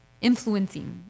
influencing